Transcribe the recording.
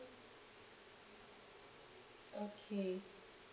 okay